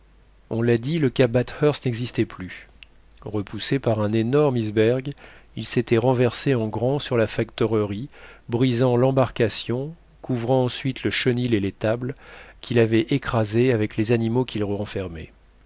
on l'a dit le cap bathurst n'existait plus repoussé par un énorme iceberg il s'était renversé en grand sur la factorerie brisant l'embarcation couvrant ensuite le chenil et l'étable qu'il avait écrasés avec les animaux qu'ils